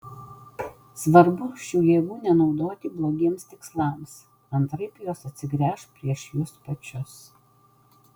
svarbu šių jėgų nenaudoti blogiems tikslams antraip jos atsigręš prieš jus pačius